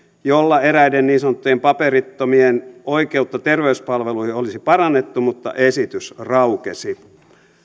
jolla eräiden niin sanottujen paperittomien oikeutta terveyspalveluihin olisi parannettu mutta esitys raukesi